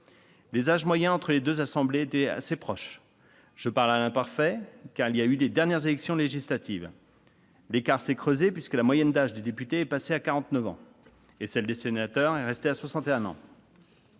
Les âges moyens entre les deux assemblées étaient assez proches. Je parle à l'imparfait, car il y a eu les dernières élections législatives ! L'écart s'est creusé, puisque la moyenne d'âge des députés est passée à quarante-neuf ans et celle des sénateurs est restée à soixante